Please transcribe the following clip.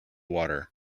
water